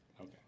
okay